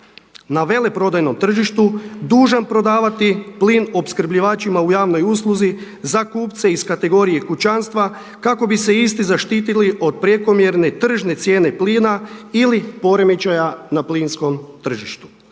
na veleprodajnom tržištu dužan prodavati plin opskrbljivačima u javnoj usluzi za kupce iz kategorije kućanstva kako bi se isti zaštitili od prekomjerne tržne cijene plina ili poremećaja na plinskom tržištu.